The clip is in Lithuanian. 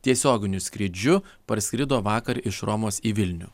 tiesioginiu skrydžiu parskrido vakar iš romos į vilnių